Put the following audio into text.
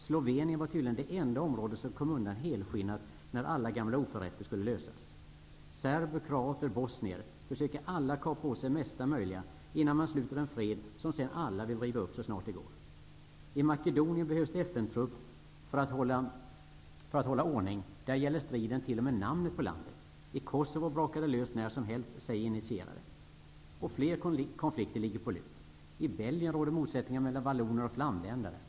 Slovenien var tydligen det enda område som kom undan helskinnat när frågor om alla gamla oförrätter skulle lösas. Serber, kroater och bosnier försöker alla kapa åt sig mesta möjliga innan man sluter en fred som sedan alla vill riva upp så snart det går. I Makedonien behövs det FN-trupper för att hålla ordning. Där gäller striden t.o.m. namnet på landet. I Kosovo brakar det löst när som helst, säger initierade personer. Fler konflikter ligger på lut. I Belgien råder motsättningar mellan valloner och flamländare.